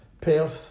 Perth